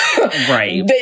Right